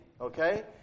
okay